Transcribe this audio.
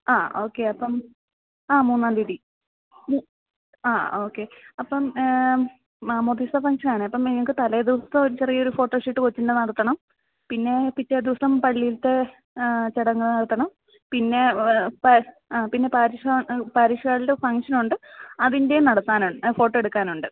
ആ ഓക്കേ അപ്പം ആ മൂന്നാം തീയതി ആ ഓക്കേ അപ്പം മാമോദിസ ഫംഗ്ഷൻ ആണ് അപ്പോൾ നിങ്ങൾക്ക് തലേ ദിവസം ഒരു ചെറിയ ഫോട്ടോഷൂട്ട് കൊച്ചിൻ്റെ നടത്തണം പിന്നെ പിറ്റേദിവസം പള്ളിയിലത്തെ ചടങ്ങുകൾ നടത്തണം പിന്നെ പിന്നെ പാരിഷ് ഹാളിൽ ഫംഗ്ഷൻ ഉണ്ട് അതിൻ്റെയും നടത്താനാണ് ഫോട്ടോ എടുക്കാനുണ്ട്